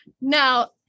Now